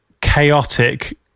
chaotic